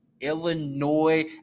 Illinois